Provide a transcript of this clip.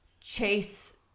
chase